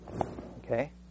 Okay